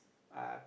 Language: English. uh